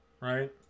Right